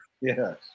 Yes